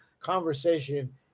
conversation